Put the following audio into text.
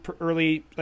early